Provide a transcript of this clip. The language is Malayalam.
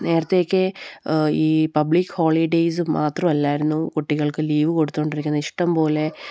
നേരത്തെയൊക്കെ ഈ പബ്ലിക് ഹോളിഡേയ്സ് മാത്രമല്ലായിരുന്നു കുട്ടികൾക്ക് ലീവ് കൊടുത്തുകൊണ്ടിരുന്നത് ഇഷ്ടം പോലെ